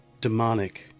demonic